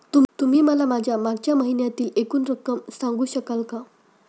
तुम्ही मला माझ्या मागच्या महिन्यातील एकूण रक्कम सांगू शकाल का?